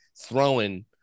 throwing